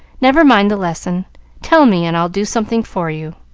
never mind the lesson tell me, and i'll do something for you.